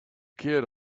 kid